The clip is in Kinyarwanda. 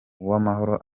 uwamahoro